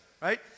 right